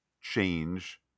change